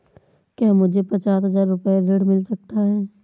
क्या मुझे पचास हजार रूपए ऋण मिल सकता है?